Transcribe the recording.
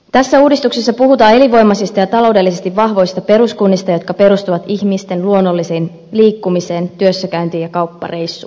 tässä uudistuksessa puhutaan elinvoimaisista ja taloudellisesti vahvoista peruskunnista jotka perustuvat ihmisten luonnolliseen liikkumiseen työssäkäyntiin ja kauppareissuihin